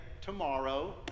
tomorrow